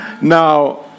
Now